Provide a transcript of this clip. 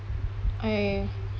oh ya ya